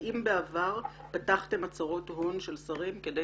האם בעבר פתחתם הצהרות הון של שרים כדי